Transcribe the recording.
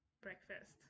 breakfast